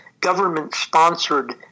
government-sponsored